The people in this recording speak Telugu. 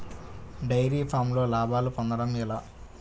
డైరి ఫామ్లో లాభాలు పొందడం ఎలా?